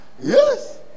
Yes